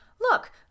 Look